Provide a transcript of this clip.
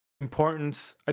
importance